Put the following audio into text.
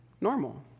normal